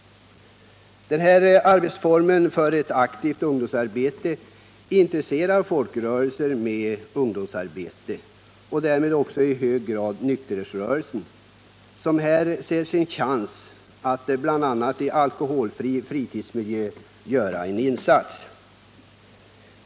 Denna arbetsform för ett aktivt ungdomsarbete intresserar folkrörelser med ungdomsarbete, och därmed också i hög grad nykterhetsrörelsen, som här ser sin chans att bl.a. i alkoholfri fritidsmiljö göra en insats.